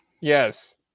Yes